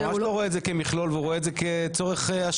הוא לא רואה את זה כמכלול והוא רואה את זה כצורך השעה,